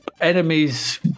enemies